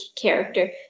character